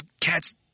cats